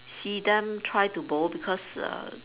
see them try to bowl because err